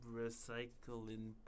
recycling